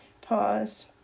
pause